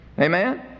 Amen